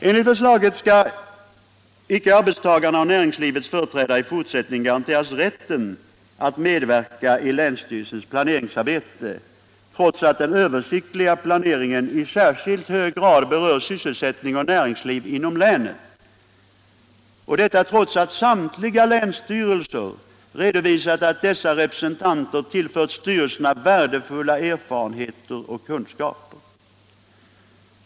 Enligt förslaget skall icke arbetstagarnas och näringslivets företrädare i fortsättningen garanteras rätten att medverka i länsstyrelsens planeringsarbete, trots att den översiktliga planeringen i särskilt hög grad berör sysselsättning och näringsliv inom länen och trots att samtliga länsstyrelser redovisat att dessa representanter tillfört styrelserna värdefulla er farenheter och kunskaper.